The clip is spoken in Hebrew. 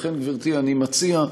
לכן, גברתי, אני מציע,